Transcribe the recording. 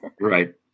Right